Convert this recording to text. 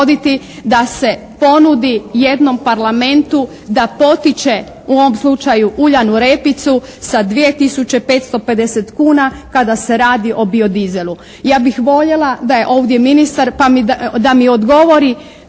da se ponudi jednom Parlamentu da potiče u ovom slučaju uljanu repicu sa 2 tisuće 550 kuna kada se radi o biodizelu. Ja bih voljela da je ovdje ministar pa da mi odgovori